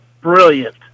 Brilliant